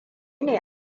ne